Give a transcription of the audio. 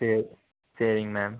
சரி சரிங்க மேம்